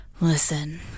listen